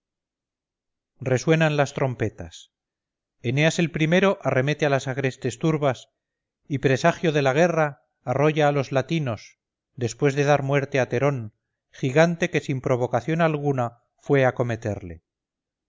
resuenan las trompetas eneas el primero arremete a las agrestes turbas y presagio de la guerra arrolla a los latinos después de dar muerte a terón gigante que sin provocación alguna fue a acometerle